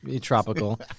tropical